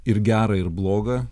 ir gerą ir blogą